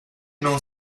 non